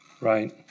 right